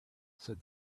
said